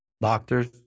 doctors